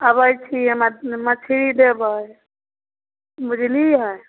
अबै छी एम्हर मछली देबै बुझलिए